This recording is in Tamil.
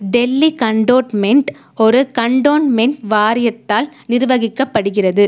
டெல்லி கன்டோட்மென்ட் ஒரு கன்டோன்மென்ட் வாரியத்தால் நிர்வகிக்கப்படுகிறது